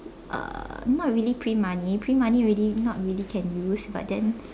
uh not really print money print money really not really can use but then